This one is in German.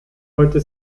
heute